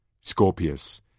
Scorpius